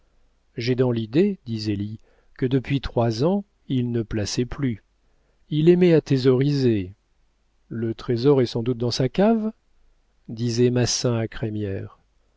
j'ai dans l'idée dit zélie que depuis trois ans il ne plaçait plus il aimait à thésauriser le trésor est sans doute dans sa cave disait massin